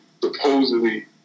supposedly